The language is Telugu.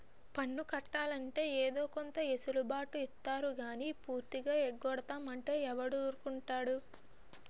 పన్ను కట్టాలంటే ఏదో కొంత ఎసులు బాటు ఇత్తారు గానీ పూర్తిగా ఎగ్గొడతాం అంటే ఎవడూరుకుంటాడు